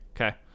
Okay